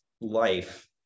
life